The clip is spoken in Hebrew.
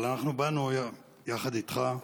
אבל אנחנו באנו היום יחד איתך,